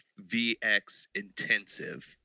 VX-intensive